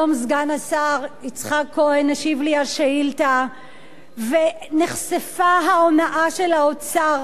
היום סגן השר יצחק כהן השיב לי על שאילתא ונחשפה ההונאה של האוצר.